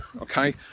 okay